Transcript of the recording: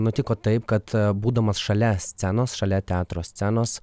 nutiko taip kad būdamas šalia scenos šalia teatro scenos